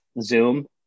Zoom